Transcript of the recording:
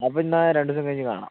അപ്പം എന്നാൽ രണ്ടു ദിവസം കഴിഞ്ഞു കാണാം